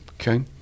Okay